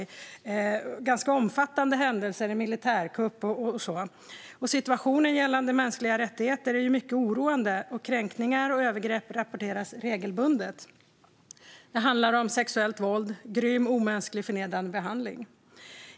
Det är ganska omfattande händelser i landet, som en militärkupp. Situationen gällande mänskliga rättigheter är mycket oroande. Kränkningar och övergrepp rapporteras regelbundet. Det handlar om sexuellt våld och om grym, omänsklig och förnedrande behandling.